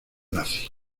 nazi